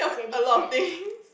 a lot of things